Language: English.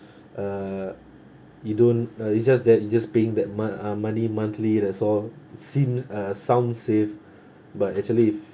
uh you don't uh it's just that you're just paying that mo~ uh money monthly that's all seems uh sound safe but actually